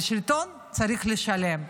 על שלטון צריך לשלם.